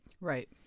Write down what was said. Right